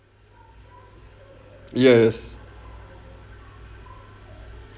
yes